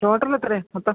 total എത്രയാണ് മൊത്തം